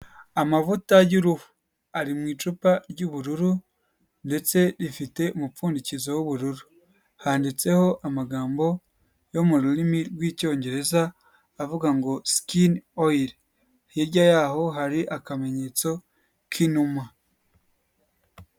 Amavuta y'uruhu ari mu icupa ry'ubururu ndetse rifite umupfundikizo w'ubururu. Handitseho amagambo yo mu rurimi rw'Icyongereza avuga ngo skin oil, hirya y'aho hari akamenyetso k'inuma.